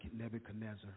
Nebuchadnezzar